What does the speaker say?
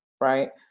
right